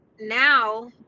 Now